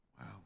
Wow